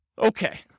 Okay